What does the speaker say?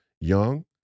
young